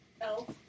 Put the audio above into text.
Elf